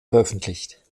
veröffentlicht